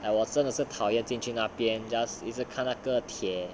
like 我真的是讨厌进去那边 just 一直看那个铁